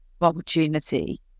opportunity